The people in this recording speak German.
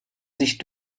sich